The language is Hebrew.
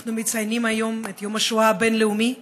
אנחנו מציינים היום את יום השואה הבין-לאומי,